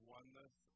oneness